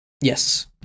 Yes